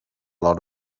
lot